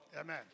Amen